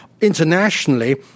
internationally